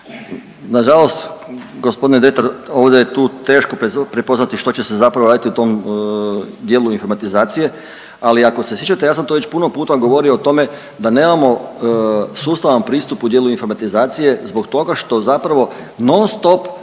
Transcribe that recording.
Nažalost, g. Dretar, ovde je tu teško pretpostaviti što će se zapravo raditi u tom dijelu informatizacije, ali ako se sjećate, ja sam tu već puno puta govorio o tome da nemamo sustavan pristup u dijelu informatizacije zbog toga što zapravo non-stop